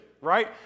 Right